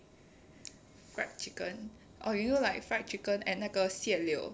fried chicken orh you know like fried chicken and 那个蟹柳